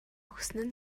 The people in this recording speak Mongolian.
өгсөн